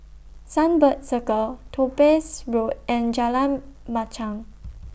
Sunbird Circle Topaz Road and Jalan Machang